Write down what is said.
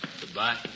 Goodbye